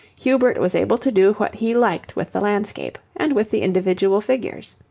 hubert was able to do what he liked with the landscape, and with the individual figures.